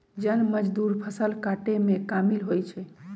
जन मजदुर फ़सल काटेमें कामिल होइ छइ